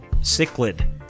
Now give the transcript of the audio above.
cichlid